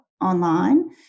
online